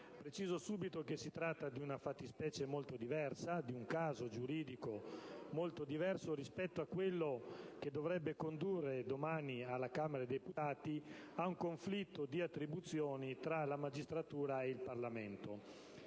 Preciso subito che si tratta di una fattispecie molto diversa, di un caso giuridico molto diverso rispetto a quello che dovrebbe condurre domani, alla Camera dei deputati, a un conflitto di attribuzione tra magistratura e Parlamento.